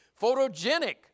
photogenic